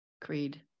creed